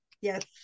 yes